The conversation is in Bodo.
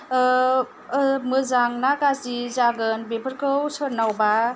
ओ मोजां ना गाज्रि जागोन बेफोरखौ सोरनावबा